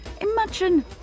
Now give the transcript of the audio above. Imagine